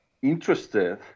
Interested